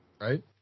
right